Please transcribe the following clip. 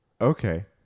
Okay